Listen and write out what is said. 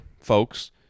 folks